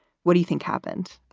what do you think happened?